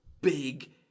big